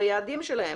ביעדים שלהם.